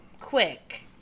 quick